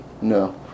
No